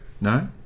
No